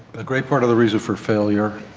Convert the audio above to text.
a great part of the reason for failure